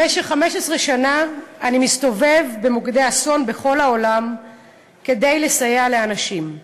במשך 15 שנה אני מסתובב במוקדי אסון בכל העולם כדי לסייע לאנשים.